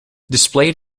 displayed